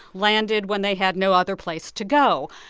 landed when they had no other place to go.